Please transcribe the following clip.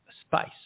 spice